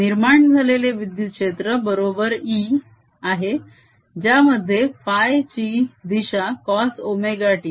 निर्माण झालेले विद्युत क्षेत्र बरोबर E आहे ज्यामध्ये φ ची दिशा cos ωt आहे